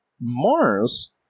Mars